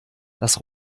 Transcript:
das